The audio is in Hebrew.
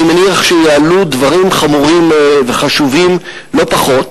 אני מניח שיעלו דברים חמורים וחשובים לא פחות.